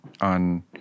on